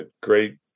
great